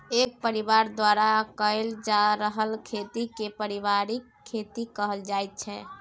एक परिबार द्वारा कएल जा रहल खेती केँ परिबारिक खेती कहल जाइत छै